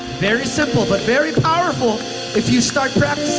very simple, but very powerful if you start